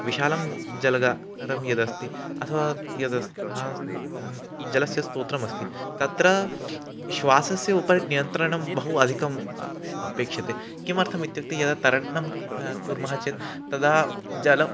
विशालं जलगारं यदस्ति अथवा यदस् जलस्य स्तोत्रमस्ति तत्र श्वासस्य उपरि नियन्त्रणं बहु अधिकम् अपेक्षते किमर्थमित्युक्ते यदा तरणं कुर्मः चेत् तदा जल